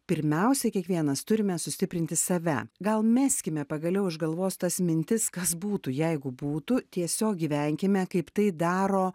pirmiausiai kiekvienas turime sustiprinti save gal meskime pagaliau iš galvos tas mintis kas būtų jeigu būtų tiesiog gyvenkime kaip tai daro